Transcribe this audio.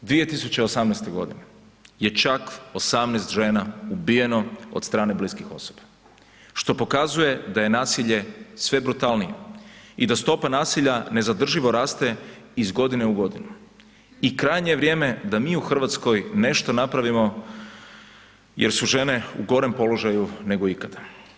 2018. godine je čak 18 žena ubijeno od strane bliskih osoba što pokazuje da je nasilje sve brutalnije i da stopa nasilja nezadrživo raste iz godine u godinu i krajnje je vrijeme da mi u Hrvatskoj nešto napravimo jer su žene u gorem položaju nego ikada.